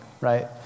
right